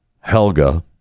Helga